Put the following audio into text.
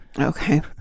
okay